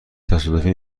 تصادفی